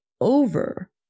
over